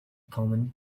common